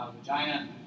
vagina